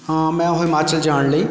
ਹਾਂ ਮੈਂ ਉਹ ਹਿਮਾਚਲ ਜਾਣ ਲਈ